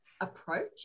approach